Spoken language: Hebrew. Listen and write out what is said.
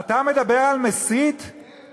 אתה מדבר על "מסית" כן.